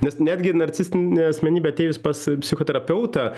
nes netgi narcistinė asmenybė atėjus pas psichoterapeutą